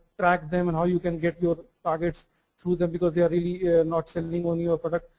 track them and how you can get your targets through them because they are really not sending on your product.